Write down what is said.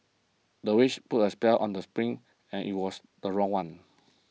the witch put a spell on the sprint and it was the wrong one